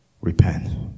Repent